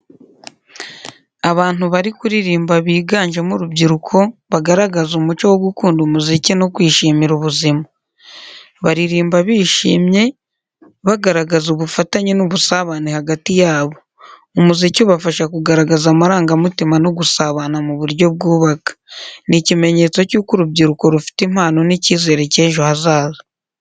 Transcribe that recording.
Abantu bari kuririmba biganjemo urubyiruko bagaragaza umuco wo gukunda umuziki no kwishimira ubuzima. Baririmba bishimye, bagaragaza ubufatanye n’ubusabane hagati yabo. Umuziki ubafasha kugaragaza amarangamutima no gusabana mu buryo bwubaka. Ni ikimenyetso cy’uko urubyiruko rufite impano n’icyizere cy’ejo hazaza.